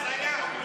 הזיה.